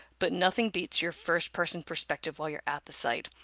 but nothing beats your first-person perspective while you're at the site.